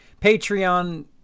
Patreon